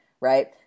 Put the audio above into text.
Right